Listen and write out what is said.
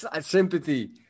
sympathy